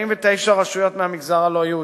49 רשויות מהמגזר הלא-יהודי,